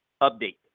Update